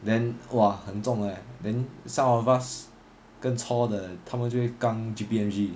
then !wah! 很重的 leh then some of us 更 chor 的他们就会扛 G_P_M_G